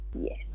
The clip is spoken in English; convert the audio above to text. Yes